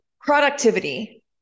productivity